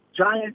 giant